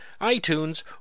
iTunes